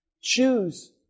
choose